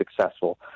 successful